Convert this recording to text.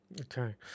Okay